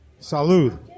Salud